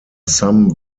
some